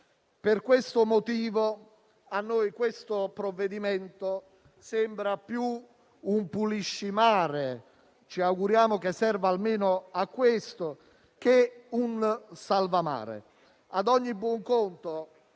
Per questo motivo, il provvedimento a noi sembra più un «pulisci mare» - ci auguriamo che serva almeno a questo - che un salva mare.